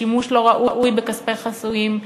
שימוש לא ראוי בכספי חסויים,